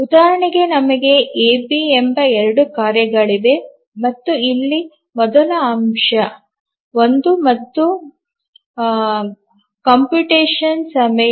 ಉದಾಹರಣೆಗೆ ನಮಗೆ A B ಎಂಬ 2 ಕಾರ್ಯಗಳಿವೆ ಮತ್ತು ಇಲ್ಲಿ ಮೊದಲ ಅಂಶ 1 ಮತ್ತು ಇದು ಗಣನೆಯ ಸಮಯ